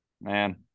man